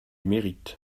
mérite